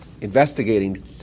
investigating